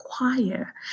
require